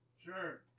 Sure